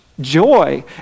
joy